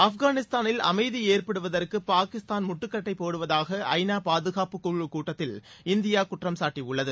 ஆப்கானிஸ்தானில் அமைதி ஏற்படுவதற்கு பாகிஸ்தான் முட்டுக்கட்டை போடுவதாக ஐ நா பாதுகாப்பு குழுக் கூட்டத்தில் இந்தியா குற்றம் சாட்டியுள்ளது